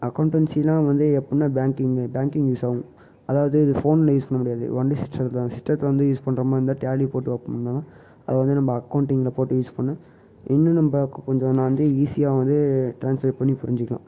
அக்கொண்டன்சிலாம் வந்து எப்புடின்னா banking banking யூஸ்சாகும் அதாவது இது ஃபோன்ல யூஸ் பண்ண முடியாது ஒன்லி சிஸ்டத்தில் தான் சிஸ்டத்தில் வந்து யூஸ் பண்ணுற மாதிரி இருந்தால் டேலி போட்டு ஓபன் பண்ணலாம் அதை வந்து நம்ம அக்கவுண்ட்டிங் போட்டு யூஸ் பண்ணால் இன்னும் நம்ம கொஞ்சம் நான் வந்து ஈஸியாக வந்து ட்ரான்ஸ்லேட் பண்ணி புரிஞ்சிக்கலாம்